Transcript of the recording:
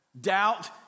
doubt